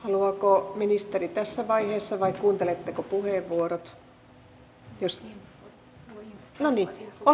haluaako ministeri tässä vaiheessa vai kuunteletteko puheenvuorot